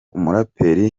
umuraperi